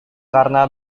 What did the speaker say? karena